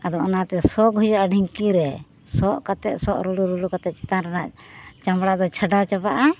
ᱟᱫᱚ ᱩᱱᱟᱛᱮ ᱥᱚᱜ ᱦᱩᱭᱩᱜᱟ ᱰᱷᱤᱝᱠᱤᱨᱮ ᱥᱚᱜ ᱠᱟᱛᱮ ᱥᱚᱜ ᱨᱩᱲᱩ ᱨᱩᱲᱩ ᱠᱟᱛᱮ ᱪᱮᱛᱟᱱ ᱨᱮᱱᱟ ᱪᱟᱢᱲᱟ ᱫᱚ ᱪᱷᱟᱰᱟᱣ ᱪᱟᱵᱟᱜᱼᱟ